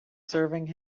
serving